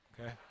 okay